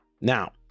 Now